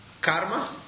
karma